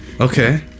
Okay